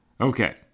Okay